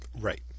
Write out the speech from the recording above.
Right